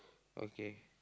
okay